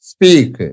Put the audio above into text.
Speak